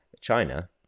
China